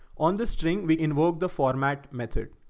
on the string. we invoke the format method.